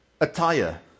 attire